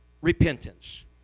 Repentance